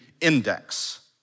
Index